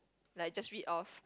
like just read of